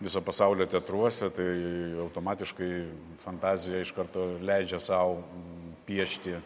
viso pasaulio teatruose tai automatiškai fantazija iš karto leidžia sau piešti